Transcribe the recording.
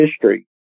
history